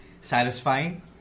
satisfying